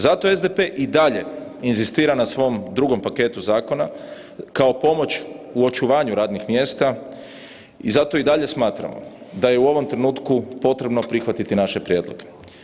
Zato SDP i dalje inzistira na svom drugom paketu zakona kao pomoć u očuvanju radnih mjesta i zato i dalje smatramo da je u ovom trenutku potrebno prihvatiti naše prijedloge.